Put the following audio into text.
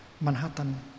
Manhattan